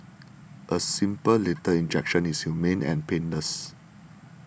a simple lethal injection is humane and painless